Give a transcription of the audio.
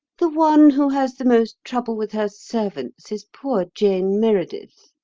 the one who has the most trouble with her servants is poor jane meredith.